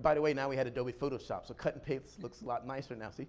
by the way now we had adobe photoshop, so cut and paste looks a lot nicer now, see?